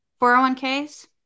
401Ks